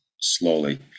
slowly